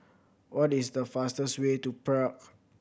what is the fastest way to Prague